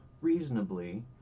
reasonably